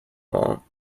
law